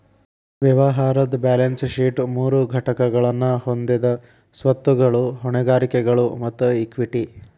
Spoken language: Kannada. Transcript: ವ್ಯವಹಾರದ್ ಬ್ಯಾಲೆನ್ಸ್ ಶೇಟ್ ಮೂರು ಘಟಕಗಳನ್ನ ಹೊಂದೆದ ಸ್ವತ್ತುಗಳು, ಹೊಣೆಗಾರಿಕೆಗಳು ಮತ್ತ ಇಕ್ವಿಟಿ